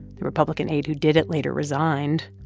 the republican aide who did it later resigned